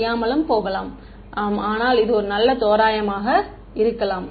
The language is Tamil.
மாணவர் ஆனால் இது ஒரு நல்ல தோராயமாக இருக்கலாம்